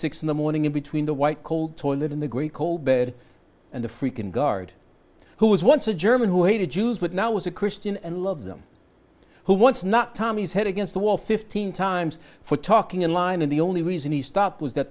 six in the morning in between the white cold toilet in the great coal bed and the freakin guard who was once a german who hated jews but now was a christian and love them who once not tommy's head against the wall fifteen times for talking in line and the only reason he stopped was that